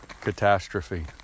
catastrophe